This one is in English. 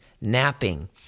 napping